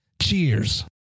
Cheers